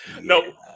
no